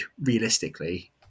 realistically